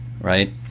right